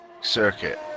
circuit